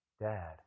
dad